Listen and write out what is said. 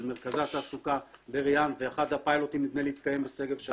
של מרכזי התעסוקה בריאן ואחד הפיילוטים התקיים בשגב שלום.